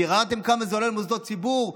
ביררתם כמה זה עולה למוסדות ציבור?